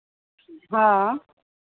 हाँ